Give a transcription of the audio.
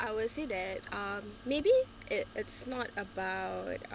I will say that um maybe it it's not about